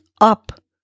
up